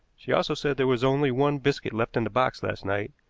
she also said there was only one biscuit left in the box last night,